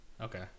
Okay